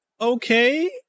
okay